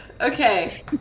Okay